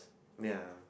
ya